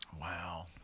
Wow